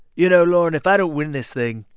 you know, lorne, if i don't win this thing,